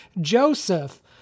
Joseph